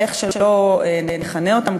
איך שלא נכנה אותם,